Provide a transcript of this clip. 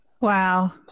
wow